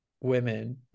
women